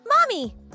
Mommy